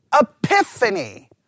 epiphany